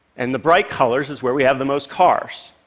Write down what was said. and the bright colors is where we have the most cars.